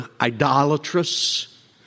idolatrous